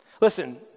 Listen